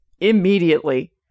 immediately